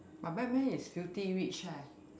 but batman is filthy rich eh